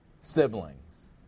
siblings